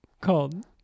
called